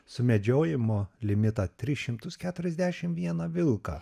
sumedžiojimo limitą tris šimtus keturiasdešim vieną vilką